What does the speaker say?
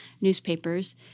newspapers